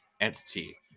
entity